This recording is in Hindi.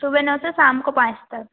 सुबह नौ से शाम को पाँच तक